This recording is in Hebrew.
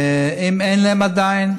ואם אין להם עדיין,